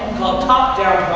top-down